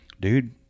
dude